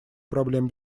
проблем